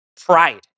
pride